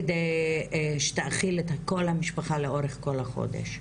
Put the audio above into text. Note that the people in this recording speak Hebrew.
כדי שתאכיל את כל המשפחה, לאורך כל החודש,